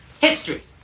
history